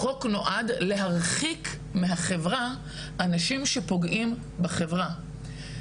החוק נועד להרחיק מהחברה אנשים שפוגעים בחברה,